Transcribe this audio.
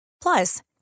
Plus